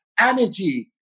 energy